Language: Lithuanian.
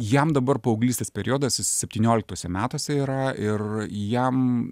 jam dabar paauglystės periodas jis septynioliktuose metuose yra ir jam